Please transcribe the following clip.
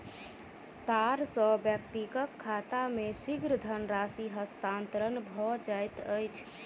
तार सॅ व्यक्तिक खाता मे शीघ्र धनराशि हस्तांतरण भ जाइत अछि